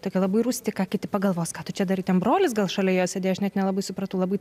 tokia labai rūsti ką kiti pagalvos ką tu čia darai ten brolis gal šalia jie sedėjo aš net nelabai supratau labai